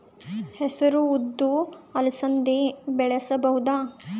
ಹೆಸರು ಉದ್ದು ಅಲಸಂದೆ ಬೆಳೆಯಬಹುದಾ?